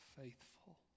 faithful